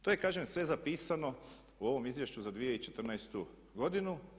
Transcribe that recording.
To je kažem sve zapisano u ovom izvješću za 2014. godinu.